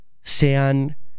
sean